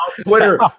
Twitter